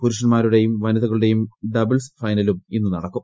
പുരുഷന്മാരുടെയും വനിതകളുടെയും ഡബിൾസ് ഫൈനലും ഇന്ന് നടക്കും